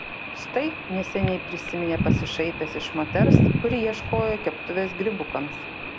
štai neseniai prisiminė pasišaipęs iš moters kuri ieškojo keptuvės grybukams